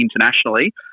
internationally